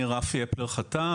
אני רפי אפלר ח'טאב,